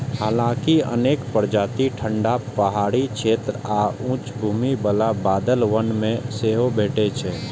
हालांकि अनेक प्रजाति ठंढा पहाड़ी क्षेत्र आ उच्च भूमि बला बादल वन मे सेहो भेटै छै